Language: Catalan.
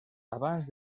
abans